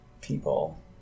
people